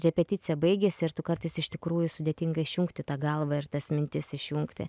repeticija baigėsi ir tu kartais iš tikrųjų sudėtinga išjungti tą galvą ir tas mintis išjungti